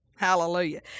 Hallelujah